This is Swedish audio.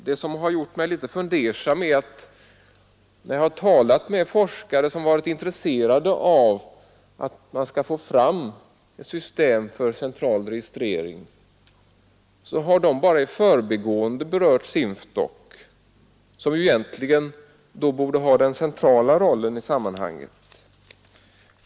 Det som har gjort mig litet fundersam är att när jag har talat med forskare som är intresserade av att man skall få fram ett system för central registrering, så har de bara i förbigående berört SINFDOK, som egentligen borde ha den centrala rollen i sammanhanget.